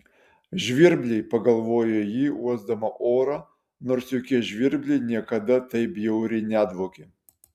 žvirbliai pagalvojo ji uosdama orą nors jokie žvirbliai niekada taip bjauriai nedvokė